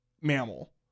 mammal